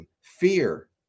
fear